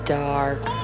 dark